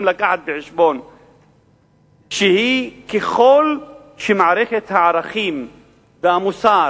להביא בחשבון שככל שמערכת הערכים והמוסר,